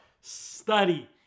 study